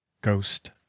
ghost